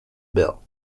bill